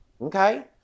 Okay